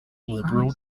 liberal